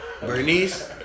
Bernice